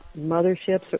motherships